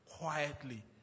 quietly